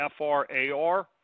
FRAR